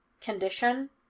condition